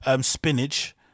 spinach